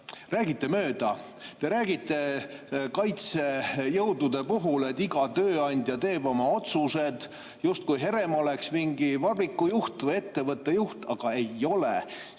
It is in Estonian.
räägite mööda. Te räägite kaitsejõudude puhul, et iga tööandja teeb oma otsused, justkui Herem oleks mingi vabriku või [muu] ettevõtte juht. Aga ei ole.